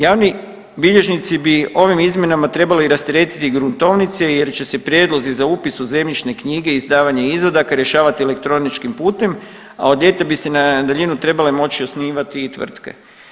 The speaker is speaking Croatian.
Javni bilježnici bi ovim izmjenama trebali rasteretiti gruntovnice jer će se prijedlozi za upis u zemljišne knjige izdavanje izvadaka rješavati elektroničkim putem, a od ljeta bi se na daljinu trebale moći osnivati i tvrtke.